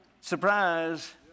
surprise